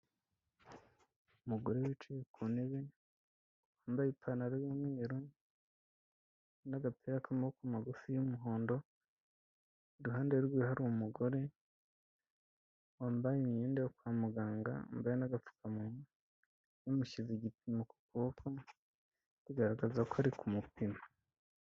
Umugore wicaye ku ntebe wambaye ipantaro y'umweru n'agapira k'amaboko magufi y'umuhondo, iruhande rwe hari umugore wambaye imyenda yo kwa muganga, wambaye n'agapfukamunwa, bamushyize igipimo ku kuboko bigaragaza ko bari kumupima.